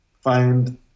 find